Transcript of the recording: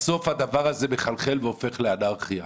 בסוף הדבר הזה מחלחל והופך לאנרכיה.